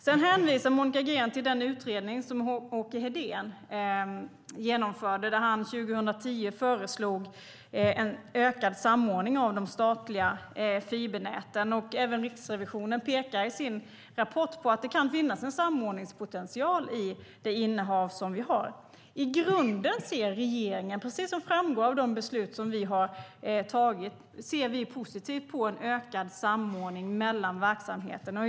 Sedan hänvisar Monica Green till den utredning som Åke Hedén genomförde då han 2010 föreslog en ökad samordning av de statliga fibernäten. Även Riksrevisionen pekar i sin rapport på att det kan finnas en samordningspotential i det innehav som vi har. I grunden ser regeringen, precis som framgår av de beslut som vi har tagit, positivt på en ökad samordning mellan verksamheterna.